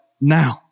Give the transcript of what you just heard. now